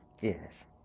Yes